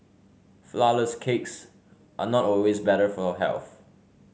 flourless cakes are not always better for health